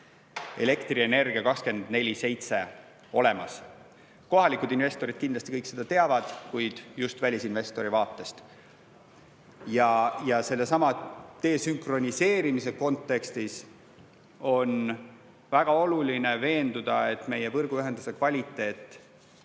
elektrienergia 24/7 olemas. Kohalikud investorid kindlasti kõik seda teavad, kuid just välisinvestori vaatest [tuleks see üle korrata]. Ja sellesama desünkroniseerimise kontekstis on väga oluline veenduda, et meie võrguühenduse kõrge kvaliteet